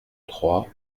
trois